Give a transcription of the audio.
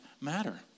matter